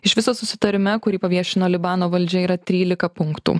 iš visos susitarime kurį paviešino libano valdžia yra trylika punktų